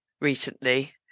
recently